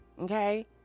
Okay